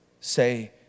say